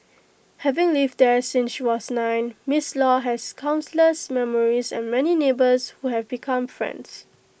having lived there since she was nine miss law has countless memories and many neighbours who have become friends